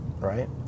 Right